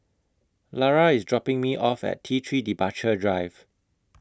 Lara IS dropping Me off At T three Departure Drive